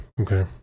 okay